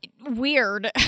weird